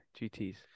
GT's